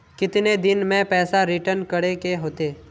कितने दिन में पैसा रिटर्न करे के होते?